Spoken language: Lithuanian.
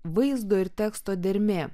vaizdo ir teksto dermė